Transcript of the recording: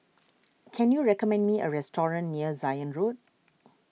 can you recommend me a restaurant near Zion Road